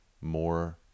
more